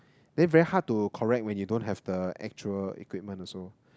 then very hard to correct when you don't have the actual equipment also